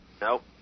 Nope